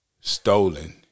stolen